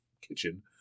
kitchen